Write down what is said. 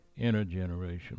intergenerational